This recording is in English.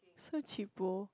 so cheapo